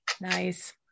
Nice